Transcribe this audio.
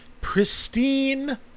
Pristine